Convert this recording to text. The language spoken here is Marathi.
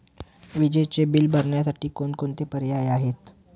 विजेचे बिल भरण्यासाठी कोणकोणते पर्याय आहेत?